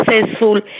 successful